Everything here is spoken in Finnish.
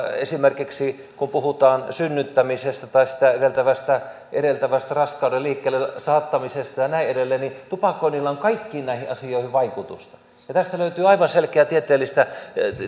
esimerkiksi kun puhutaan synnyttämisestä tai sitä edeltävästä edeltävästä raskauden liikkeelle saattamisesta ja näin edelleen tupakoinnilla on kaikkiin näihin asioihin vaikutusta tästä löytyy aivan selkeää tieteellistä